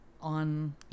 on